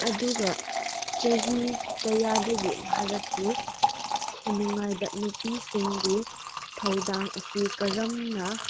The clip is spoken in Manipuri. ꯑꯗꯨꯒ ꯆꯍꯤ ꯀꯌꯥꯗꯒꯤ ꯚꯥꯔꯠꯀꯤ ꯈꯨꯟꯅꯥꯏꯗ ꯅꯨꯄꯤꯁꯤꯡꯒꯤ ꯊꯧꯗꯥꯡ ꯑꯁꯤ ꯀꯔꯝꯅ